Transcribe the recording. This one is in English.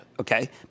okay